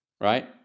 Right